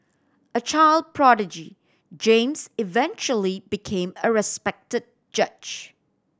a child prodigy James eventually became a respected judge